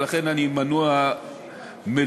ולכן אני מנוע מלהתייחס.